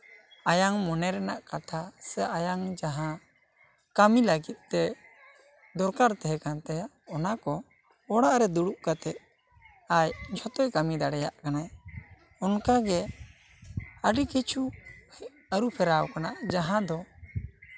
ᱟᱭᱟᱝ ᱢᱚᱱᱮ ᱨᱮᱱᱟᱜ ᱠᱟᱛᱷᱟ ᱥᱮ ᱟᱭᱟᱝ ᱡᱟᱦᱟᱸ ᱠᱟ ᱢᱤ ᱞᱟ ᱜᱤᱫ ᱛᱮ ᱫᱚᱨᱠᱟᱨ ᱛᱟᱦᱮᱸ ᱠᱟᱱ ᱛᱟᱭᱟ ᱚᱱᱟ ᱠᱚ ᱚᱲᱟᱜ ᱨᱮ ᱫᱩᱲᱩᱵ ᱠᱟᱛᱮᱜ ᱟᱡ ᱡᱷᱚᱛᱚᱭ ᱠᱟᱹᱢᱤ ᱫᱟᱲᱮᱭᱟᱜ ᱠᱟᱱᱟᱭ ᱚᱱᱠᱟᱜᱮ ᱟᱹᱰᱤ ᱠᱤᱪᱷᱩ ᱟᱹᱨᱩ ᱯᱷᱮᱨᱟᱣ ᱠᱟᱱᱟ ᱡᱟᱦᱟᱸ ᱫᱚ